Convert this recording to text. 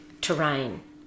terrain